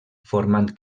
formant